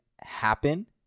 happen